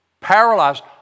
paralyzed